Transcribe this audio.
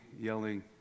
yelling